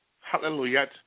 hallelujah